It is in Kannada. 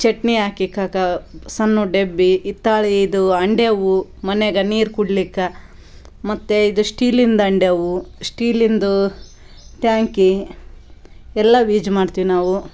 ಚಟ್ನಿ ಹಾಕಿಕಕ ಸಣ್ಣ ಡಬ್ಬಿ ಹಿತ್ತಾಳೆ ಇದು ಹಂಡೆವು ಮನೆಗೆ ನೀರು ಕುಡಿಲಿಕ್ಕ ಮತ್ತು ಇದು ಸ್ಟೀಲಿಂದು ಹಂಡೆವು ಸ್ಟೀಲಿಂದು ಟ್ಯಾಂಕಿ ಎಲ್ಲ ವೀಜ್ ಮಾಡ್ತಿವಿ ನಾವು